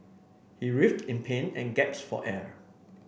he writhed in pain and gasped for air